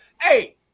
Hey